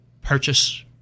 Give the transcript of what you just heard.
purchase